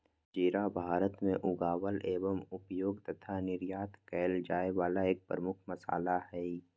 जीरा भारत में उगावल एवं उपयोग तथा निर्यात कइल जाये वाला एक प्रमुख मसाला हई